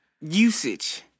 usage